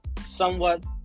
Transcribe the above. somewhat